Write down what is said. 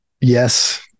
Yes